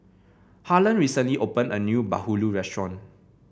Harland recently opened a new bahulu restaurant